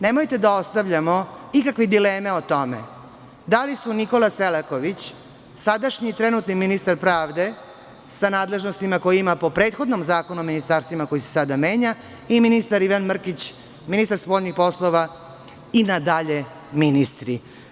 Nemojte da ostavljamo ikakve dileme o tome da li su Nikola Selaković, sadašnji i trenutni ministar pravde sa nadležnostima koje ima po prethodnom Zakonu o ministarstvima, koji se sada menja, i ministar spoljnih poslova Ivan Mrkić, i na dalje ministri.